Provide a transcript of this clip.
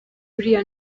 uriya